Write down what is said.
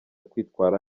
kwitwara